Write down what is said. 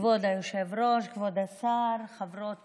כבוד היושב-ראש, כבוד השר, חברות